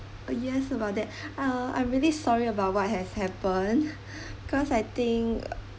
oh yes about that uh I'm really sorry about what has happened cause I think